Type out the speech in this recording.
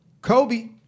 Kobe